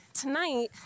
tonight